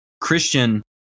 Christian